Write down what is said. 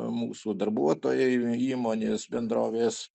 mūsų darbuotojai įmonės bendrovės